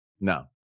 no